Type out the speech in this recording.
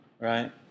right